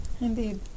Indeed